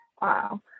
Wow